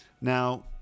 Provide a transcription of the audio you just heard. Now